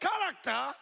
character